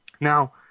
Now